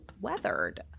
weathered